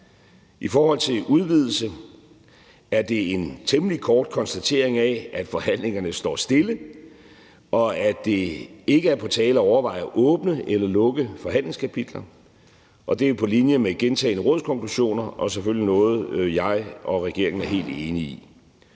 I forhold til udvidelse er det en temmelig kort konstatering af, at forhandlingerne står stille, og at det ikke er på tale at overveje at åbne eller lukke forhandlingskapitler, og det er på linje med gentagne rådskonklusioner og selvfølgelig noget, jeg og regeringen er helt enig i.